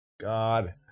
God